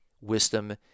wisdom